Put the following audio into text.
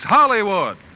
Hollywood